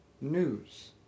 news